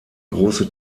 große